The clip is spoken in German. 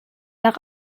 nach